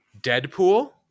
Deadpool